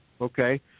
okay